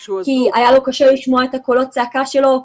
כי היה לו קשה לשמוע את קולות הצעקה שלו.